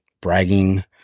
bragging